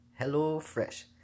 HelloFresh